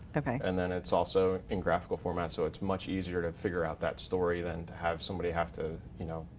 okay. and then it's also in graphical format, so it's much easier to figure out that story than to have somebody have to, you know,